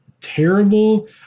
terrible